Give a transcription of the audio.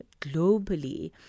globally